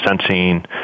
sensing